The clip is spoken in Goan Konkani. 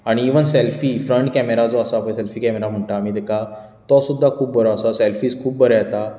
आनी इवन सेल्फी फ्रंट कॅमरा जो आसा जो सेल्फी कॅमरा म्हणटा आमी ताका तो सुद्दां खूब बरो आसा सेल्फीस खूब बरे येता